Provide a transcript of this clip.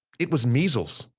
it was measles.